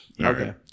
Okay